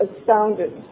astounded